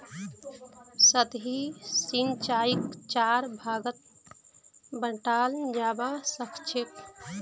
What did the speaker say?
सतही सिंचाईक चार भागत बंटाल जाबा सखछेक